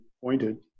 pointed